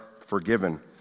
forgiven